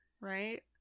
Right